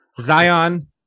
Zion